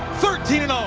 thirteen um